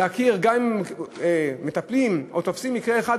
שגם אם מטפלים או תופסים מקרה אחד,